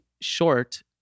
short